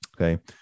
Okay